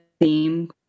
theme